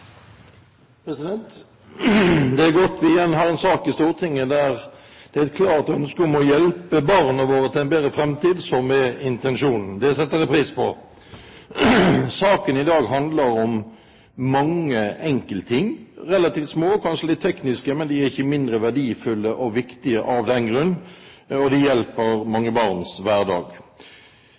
et klart ønske om å hjelpe barna våre til en bedre framtid som er intensjonen. Det setter jeg pris på. Saken i dag handler om mange enkeltting, relativt små, kanskje litt tekniske, men de er ikke mindre verdifulle og viktige av den grunn. De hjelper mange barn i deres hverdag.